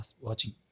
watching